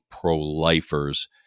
pro-lifers